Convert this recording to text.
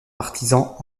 partisans